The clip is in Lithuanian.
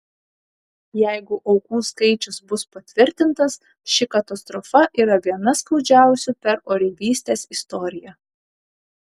jeigu aukų skaičius bus patvirtintas ši katastrofa yra viena skaudžiausių per oreivystės istoriją